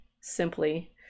simply